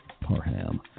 Parham